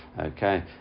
okay